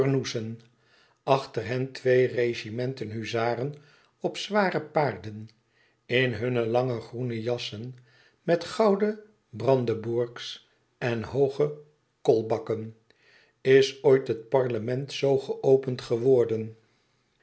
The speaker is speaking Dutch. achter hen twee regimenten huzaren op zware paarden in hunne lange groene jassen met gouden brandebourgs en hooge kolbakken is ooit het parlement zoo geopend geworden